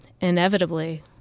inevitably